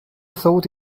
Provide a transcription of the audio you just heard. thought